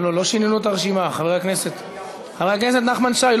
לא שינינו את הרשימה, חבר הכנסת נחמן שי.